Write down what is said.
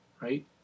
right